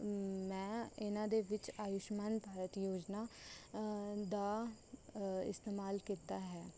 ਮੈਂ ਇਹਨਾਂ ਦੇ ਵਿੱਚ ਆਯੂਸ਼ਮਾਨ ਭਾਰਤ ਯੋਜਨਾ ਦਾ ਇਸਤੇਮਾਲ ਕੀਤਾ ਹੈ